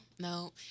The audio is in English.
no